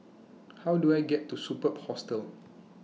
How Do I get to Superb Hostel